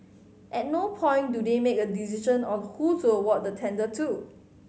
at no point do they make a decision on who to award the tender to